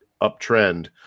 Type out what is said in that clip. uptrend